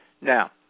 Now